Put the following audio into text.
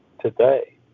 today